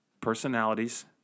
personalities